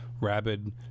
rabid